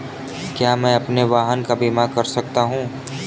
क्या मैं अपने वाहन का बीमा कर सकता हूँ?